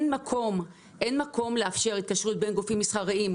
מקום לאפשר התקשרות בין גופים מסחריים.